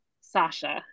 Sasha